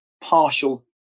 partial